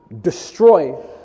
destroy